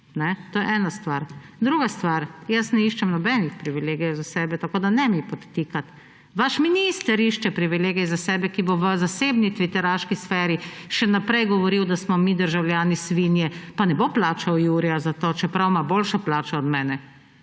To je ena stvar. Druga stvar. Jaz ne iščem nobenih privilegijev za sebe, tako da ne mi podtikati. Vaš minister išče privilegij za sebe, ki bo v zasebni tviteraški sferi še naprej govoril, da smo mi državljani svinje, pa ne bo plačal jurja za to, čeprav ima boljšo plačo od mene.